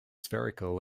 spherical